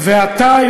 אתה,